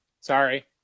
Sorry